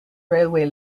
railway